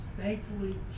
Thankfully